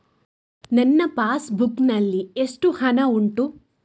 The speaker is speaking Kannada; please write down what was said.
ನನ್ನ ಪಾಸ್ ಬುಕ್ ನಲ್ಲಿ ಎಷ್ಟು ಹಣ ಉಂಟು?